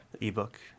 ebook